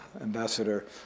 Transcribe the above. Ambassador